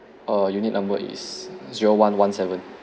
err unit number is zero one one seven